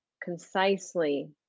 concisely